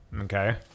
okay